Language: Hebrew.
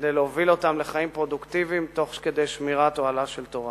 כדי להוביל אותם לחיים פרודוקטיביים תוך כדי שמירת אוהלה של תורה.